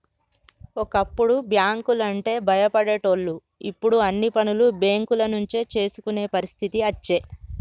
ఒకప్పుడు బ్యాంకు లంటే భయపడేటోళ్లు ఇప్పుడు అన్ని పనులు బేంకుల నుంచే చేసుకునే పరిస్థితి అచ్చే